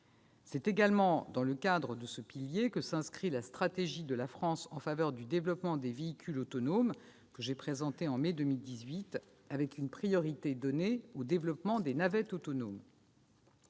C'est également dans ce cadre que s'inscrit la stratégie de la France en faveur du développement des véhicules autonomes, que j'ai présentée en mai 2018, avec une priorité donnée au développement des navettes autonomes.